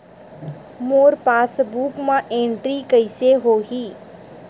मोर passbook मा entry कइसे होही?